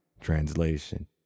Translation